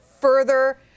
further